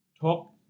Talk